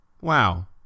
wow